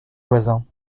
voisins